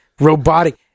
robotic